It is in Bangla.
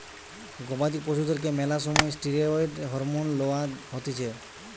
গবাদি পশুদেরকে ম্যালা সময় ষ্টিরৈড হরমোন লওয়া হতিছে